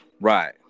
Right